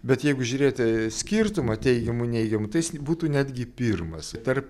bet jeigu žiūrėti skirtumą teigiamų neigiamų tai jis būtų netgi pirmas tarp